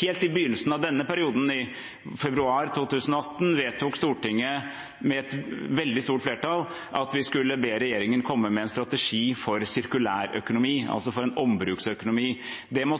Helt i begynnelsen av denne perioden, i februar 2018, vedtok Stortinget med et veldig stort flertall at vi skulle be regjeringen komme med en strategi for sirkulærøkonomi, altså for en ombruksøkonomi. Den måtte vi